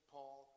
Paul